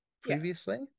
previously